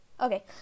Okay